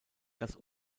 das